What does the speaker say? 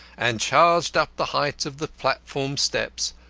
and charged up the heights of the platform steps,